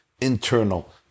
internal